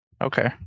Okay